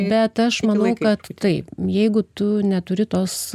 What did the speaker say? bet aš manau kad taip jeigu tu neturi tos